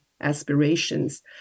aspirations